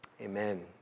Amen